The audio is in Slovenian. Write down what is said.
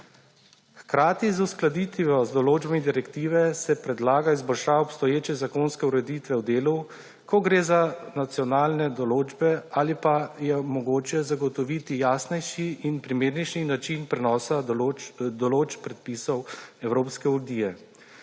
Hkrati z uskladitvijo z določbami direktive se predlaga izboljšava obstoječe zakonske ureditve v delu, ko gre za nacionalne določbe ali pa je mogoče zagotoviti jasnejši in primernejši način prenosa določb predpisov Evropske unije.